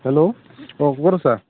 hello অঁ ক'ত আছা